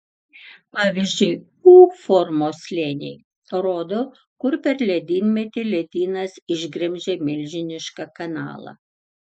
pavyzdžiui u formos slėniai rodo kur per ledynmetį ledynas išgremžė milžinišką kanalą